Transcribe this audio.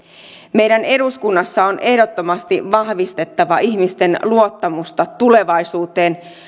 meidän eduskunnassa on ehdottomasti vahvistettava ihmisten luottamusta tulevaisuuteen